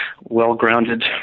well-grounded